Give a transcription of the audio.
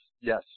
yes